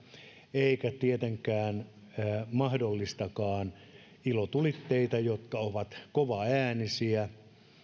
eikä tietenkään mahdollistakaan ilotulitteita jotka ovat kovaäänisiä